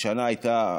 השנה הייתה,